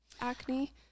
acne